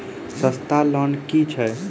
सस्ता लोन केँ छैक